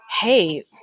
hey